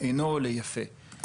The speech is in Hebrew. אינו עולה יפה.